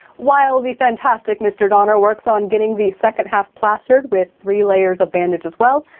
while the fantastic mr. donner works on getting the second half plastered with three layers of bandage, as well,